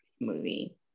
movie